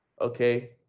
okay